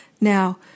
Now